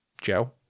Joe